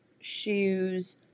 shoes